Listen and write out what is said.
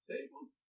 Tables